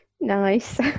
Nice